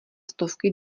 stovky